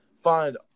find